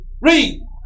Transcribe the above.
Read